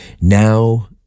Now